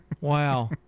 Wow